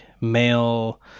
male